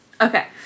Okay